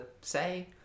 say